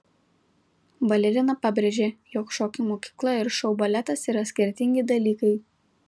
balerina pabrėžė jog šokių mokykla ir šou baletas yra skirtingi dalykai